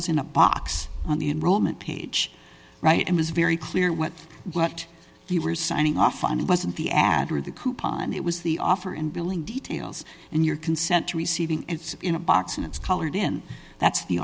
was in a box on the enrollment page right and was very clear when you were signing off on it wasn't the ad or the coupon it was the offer and billing details and your consent to receiving it in a box and it's colored in that's the